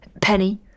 Penny